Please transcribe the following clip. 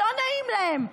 לא נעים להם,